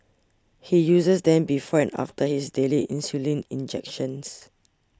he uses them before and after his daily insulin injections